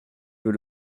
veux